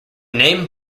name